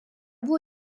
buvo